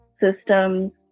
systems